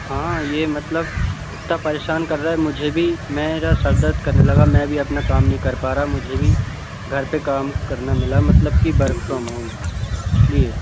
हाँ ये मतलब इतना परेशान कर रहा है मुझे भी मेरा सर दर्द करने लगा मैं भी अपना काम नहीं कर पा रहा मुझे भी घर पे काम करना मिला मतलब की वर्क फ्रॉम होम इसलिए